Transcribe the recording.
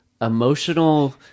emotional